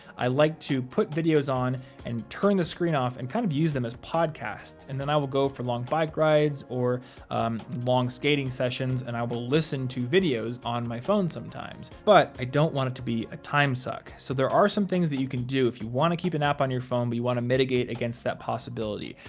i like to put videos on and turn the screen off and kind of use them as podcasts. and then i will go for long bike rides or long skating sessions and i will listen to videos on my phone sometimes. but i don't want it to be a time suck. so there are some things that you can do if you want to keep an app on your phone but you want to mitigate against that possibility.